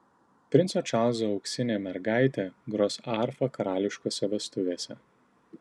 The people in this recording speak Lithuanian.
princo čarlzo auksinė mergaitė gros arfa karališkose vestuvėse